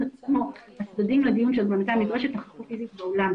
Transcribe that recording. הצדדים לדיון, נדרשת נוכחות פיזית באולם.